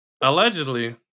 allegedly